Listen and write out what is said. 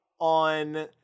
on